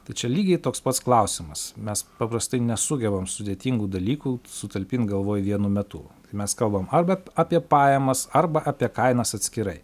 tai čia lygiai toks pats klausimas mes paprastai nesugebam sudėtingų dalykų sutalpint galvoj vienu metu mes kalbam arba apie pajamas arba apie kainas atskirai